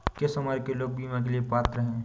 किस उम्र के लोग बीमा के लिए पात्र हैं?